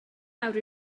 lawr